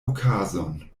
okazon